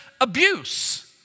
abuse